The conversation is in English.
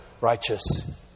righteous